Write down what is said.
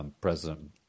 President